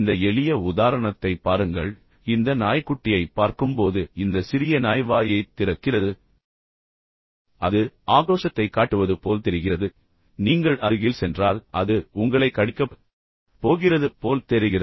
இந்த எளிய உதாரணத்தைப் பாருங்கள் இந்த நாய்க்குட்டியைப் பார்க்கும்போது இந்த சிறிய நாய் வாயைத் திறக்கிறது பின்னர் அது ஆக்ரோஷத்தைக் காட்டுவது போல் தெரிகிறது நீங்கள் அருகில் சென்றால் அது உங்களைக் கடிக்கப் போகிறது போல் தெரிகிறது